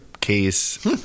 case